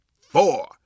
four